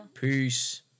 Peace